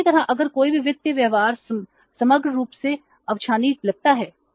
तो इसी तरह अगर कोई भी वित्तीय व्यवहार समग्र रूप से अवांछनीय लगता है